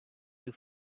you